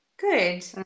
Good